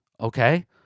Okay